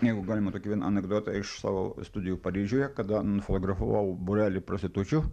jeigu galima tokį vieną anekdotą iš savo studijų paryžiuje kada nufotografavau būrelį prostitučių